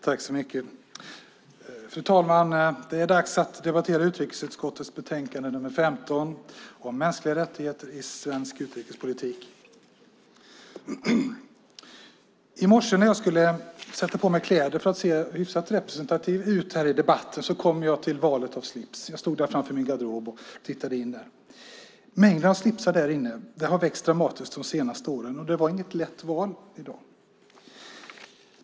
Fru talman! Vi debatterar nu utrikesutskottets betänkande UU15 om mänskliga rättigheter i svensk utrikespolitik. När jag i morse skulle sätta på mig kläder för att se hyfsat representativ ut här i debatten kom jag till valet av slips. Jag stod framför min garderob och tittade in där. Det är mängder av slipsar därinne. Det har växt dramatiskt de senaste åren, och det var inget lätt val i dag.